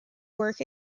work